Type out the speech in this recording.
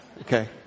okay